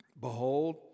behold